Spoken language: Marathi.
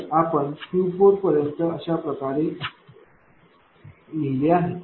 तर आपण Q4 पर्यंत अशा प्रकारे लिहिले आहे